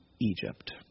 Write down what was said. Egypt